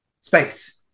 space